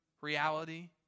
reality